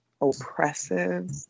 oppressive